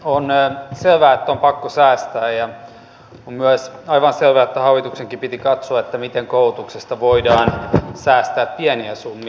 on selvää että on pakko säästää ja on myös aivan selvää että hallituksenkin piti katsoa miten koulutuksesta voidaan säästää pieniä summia